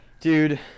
Dude